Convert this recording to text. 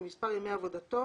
במספר ימי עבודתו